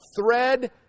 thread